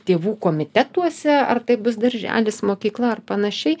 tėvų komitetuose ar tai bus darželis mokykla ar panašiai